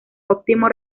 óptimo